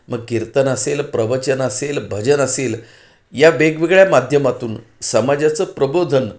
मग कीर्तन असेल प्रवचन असेल भजन असेल या वेगवेगळ्या माध्यमातून समाजाचं प्रबोधन